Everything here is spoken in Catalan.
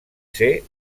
ser